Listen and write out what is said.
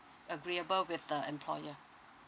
agreeable with the employer